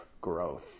growth